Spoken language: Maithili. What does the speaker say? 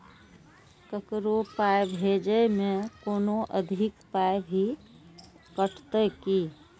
ककरो पाय भेजै मे कोनो अधिक पाय भी कटतै की?